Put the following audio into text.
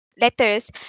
letters